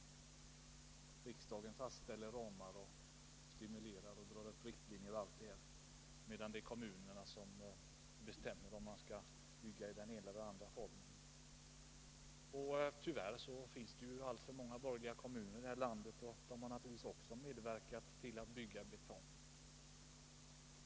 Riksdagen fastställer ramar, drar upp riktlinjer och stimulerar, medan det är kommunerna som bestämmer om man skall bygga i den ena eller andra formen. Tyvärr finns det alltför många borgerligt styrda kommuner i det här landet, och det har naturligtvis också medverkat till att man bygger i betong.